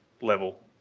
level